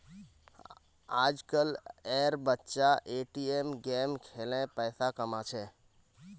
आजकल एर बच्चा ए.टी.एम गेम खेलें पैसा कमा छे